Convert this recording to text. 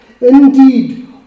Indeed